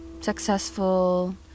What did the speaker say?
successful